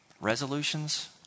resolutions